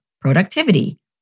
productivity